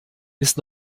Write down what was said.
ist